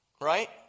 Right